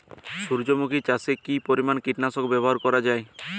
সূর্যমুখি চাষে কি পরিমান কীটনাশক ব্যবহার করা যায়?